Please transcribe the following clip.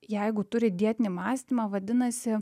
jeigu turi dietinį mąstymą vadinasi